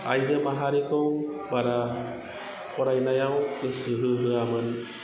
आइजो माहारिखौ बारा फरायनायाव गोसो होहोआमोन